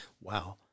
wow